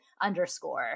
underscore